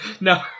no